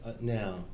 now